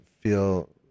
feel